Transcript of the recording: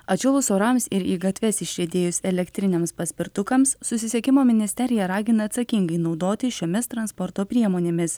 atšilus orams ir į gatves išriedėjus elektriniams paspirtukams susisiekimo ministerija ragina atsakingai naudotis šiomis transporto priemonėmis